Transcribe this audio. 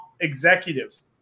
executives